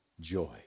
joy